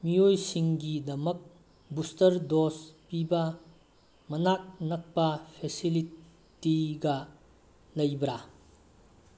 ꯃꯤꯑꯣꯏꯁꯤꯡꯒꯤꯗꯃꯛ booster dose ꯄꯤꯕ ꯃꯅꯥꯛ ꯅꯛꯄ ꯐꯦꯁꯤꯂꯤꯇꯤꯒ ꯂꯩꯕ꯭ꯔꯥ